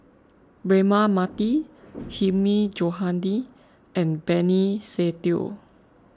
Braema Mathi Hilmi Johandi and Benny Se Teo